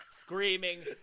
screaming